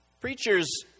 Preachers